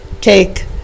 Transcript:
take